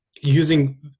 using